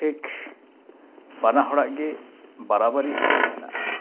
ᱴᱷᱤᱠ ᱵᱟᱱᱟᱦᱚᱲᱟᱜ ᱜᱮ ᱵᱟᱨᱟᱵᱟᱹᱨᱤ ᱮᱱᱮᱢ ᱢᱮᱱᱟᱜᱼᱟ